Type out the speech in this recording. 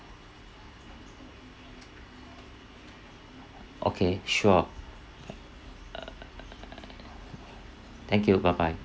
okay sure err thank you bye bye